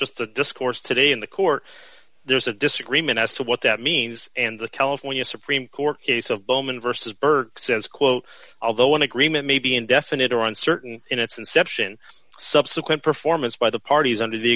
just the discourse today in the court there's a disagreement as to what that means and the california supreme court case of bowman vs burke says quote although one agreement may be indefinite or on certain in its inception subsequent performance by the parties under the